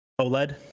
OLED